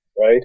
right